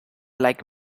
like